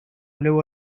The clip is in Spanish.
luego